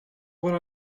what